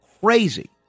crazy